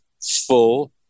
full